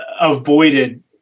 avoided